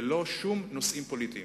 ללא שום נושאים פוליטיים,